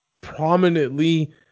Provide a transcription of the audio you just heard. prominently